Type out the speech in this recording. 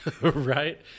Right